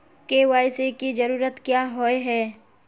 KYC की जरूरत क्याँ होय है?